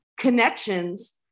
connections